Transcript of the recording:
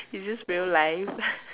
is this real life